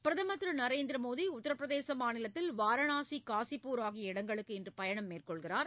பிரதமர் திரு நரேந்திர மோடி உத்தரப்பிரதேச மாநிலத்தில் வாரனாசி காசிப்பூர் ஆகிய இடங்களுக்கு இன்று பயணம் மேற்கொள்கிறார்